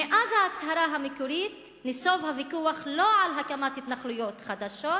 מאז ההצהרה המקורית נסב הוויכוח לא על הקמת התנחלויות חדשות